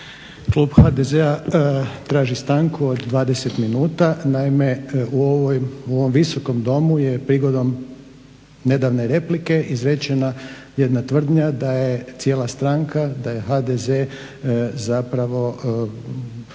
Klub HDZ-a traži stanku od 20 minuta. Naime, u ovom Visokom domu je prigodom nedavne replike izrečena jedna tvrdnja da je cijela stranka, da je HDZ zapravo